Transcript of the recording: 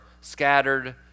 scattered